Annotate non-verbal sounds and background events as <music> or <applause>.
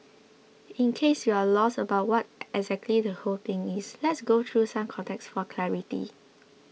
in case you're lost about what <noise> exactly the whole thing is let's go through some context for clarity